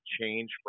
change